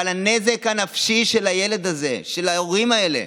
אבל הנזק הנפשי של הילד הזה, של ההורים האלה,